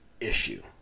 issue